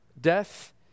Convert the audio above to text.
Death